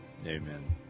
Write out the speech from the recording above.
Amen